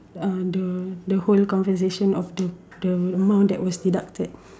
uh the the whole compensation of the the amount that was deducted